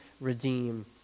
redeem